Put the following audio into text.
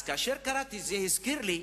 אז כאשר קראתי, זה הזכיר לי,